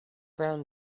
brown